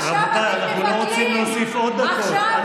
רבותיי, אנחנו לא רוצים להוסיף עוד דקות.